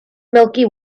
milky